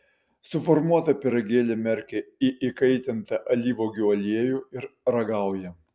suformuotą pyragėlį merkia į įkaitintą alyvuogių aliejų ir ragauja